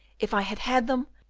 if i had had them,